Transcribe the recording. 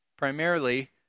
Primarily